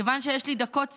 כיוון שיש לי דקות ספורות,